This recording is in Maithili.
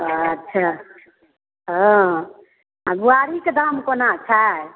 अच्छा हँ आओर बुआरीके दाम कोना छै